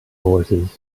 horses